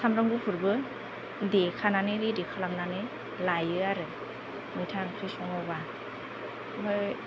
सामब्राम गुफुरबो देखानानै रेडि खालामनानै लायो आरो मैथा ओंख्रि सङोब्ला ओमफ्राय